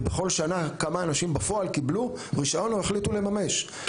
ובכל שנה כמה אנשים קיבלו בפועל רישיון או החליטו לממש אותו,